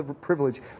privilege